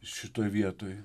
šitoj vietoj